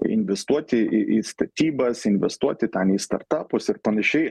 investuoti į į statybas investuoti ten į startupus panašiai